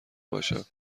باشم